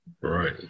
Right